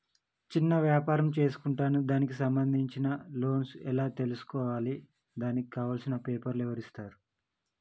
చిన్న వ్యాపారం చేసుకుంటాను దానికి సంబంధించిన లోన్స్ ఎలా తెలుసుకోవాలి దానికి కావాల్సిన పేపర్లు ఎవరిస్తారు?